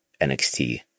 NXT